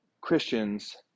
Christians